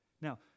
Now